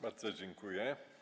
Bardzo dziękuję.